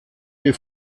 die